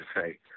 say